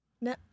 No